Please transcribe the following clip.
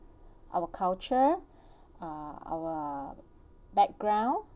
our culture uh our background